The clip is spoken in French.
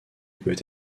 peut